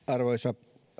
arvoisa